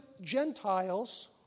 Gentiles